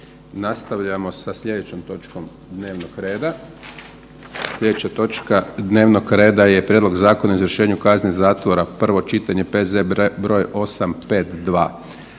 Nastavljamo sa slijedećom točkom dnevnog reda. Slijedeća točka dnevnog reda je: - Prijedlog Zakona o izvršenju kazne zatvora, prvo čitanje, P.Z. broj 852